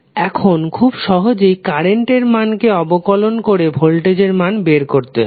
এখন খুব সহজেই কারেন্ট এর মানকে অবকলন করে ভোল্টেজের মান বের করতে হবে